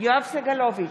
יואב סגלוביץ'